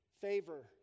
favor